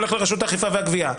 הולך לרשות האכיפה והגבייה.